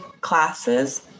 classes